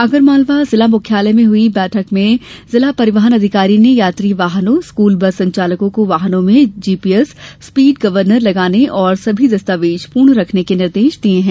आगरमालवा में जिला मुख्यालय में हुई बैठक में जिला परिवहन अधिकारी ने यात्री वाहनों स्कूल बस संचालकों को वाहनों में जीपीएस ॅस्पीड गर्वनर लगाने और सभी दस्तावेज पूर्ण रखने के निर्देश दिये है